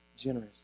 generous